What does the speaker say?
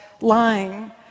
lying